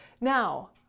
Now